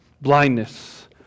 Blindness